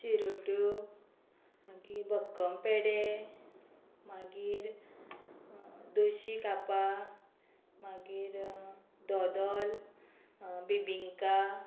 चिरोट्यो मागीर बक्कम पेडे मागीर दोशी कापां मागीर धोदोल बिबिंका